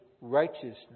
righteousness